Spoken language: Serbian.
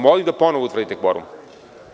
Molim da ponovo utvrdite kvorum.